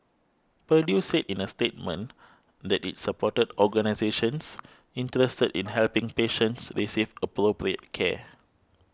purdue said in a statement that it supported organisations interested in helping patients receive appropriate care